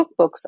cookbooks